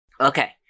Okay